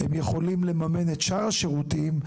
הם יכולים לממן את שאר השירותים,